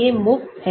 ये मुफ्त है